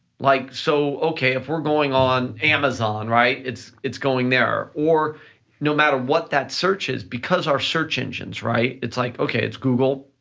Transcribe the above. like, so, okay, if we're going on amazon, right? it's it's going there, or no matter what that search is, because our search engines, right, it's like, okay, it's google,